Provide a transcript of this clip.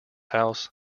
house